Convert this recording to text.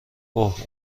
اوه